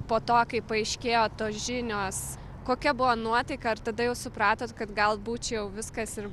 po to kai paaiškėjo tos žinios kokia buvo nuotaika ar tada jau supratot kad galbūt čia jau viskas ir